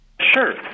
Sure